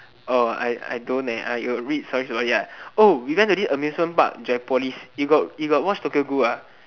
oh I I don't eh I got read stories about it ah oh we went to this amusement park joypolis you got you got watch Tokyo-Ghoul ah